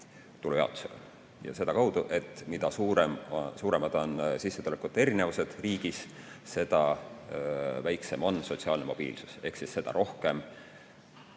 tulujaotusega, sedakaudu, et mida suuremad on sissetulekute erinevused riigis, seda väiksem on sotsiaalne mobiilsus. Ehk seda rohkem